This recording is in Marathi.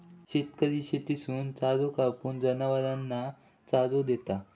शेतकरी शेतातसून चारो कापून, जनावरांना चारो देता